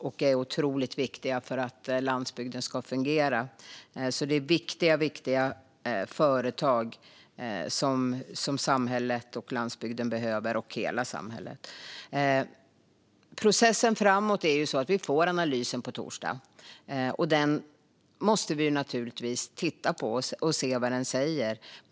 Det här är otroligt viktiga företag som behövs för att landsbygden och hela samhället ska fungera. Processen framåt är den att vi får analysen på torsdag. Vi måste naturligtvis titta på den och se vad den säger.